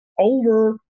over